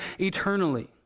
eternally